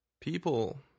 people